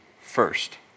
first